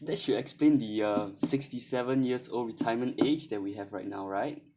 that should explain the uh sixty seven years old retirement age that we have right now right